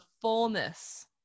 fullness